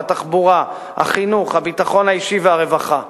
התחבורה, החינוך, הביטחון האישי והרווחה,